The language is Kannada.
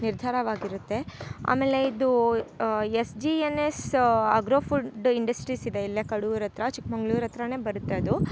ನಿರ್ಧಾರವಾಗಿರುತ್ತೆ ಆಮೇಲೆ ಇದು S G N S agro food industries ಇದೆ ಇಲ್ಲೆ ಕಡೂರು ಹತ್ರ ಚಿಕ್ಕಮಂಗ್ಳೂರ್ ಹತ್ರ ಬರುತ್ತೆ ಅದು